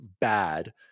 bad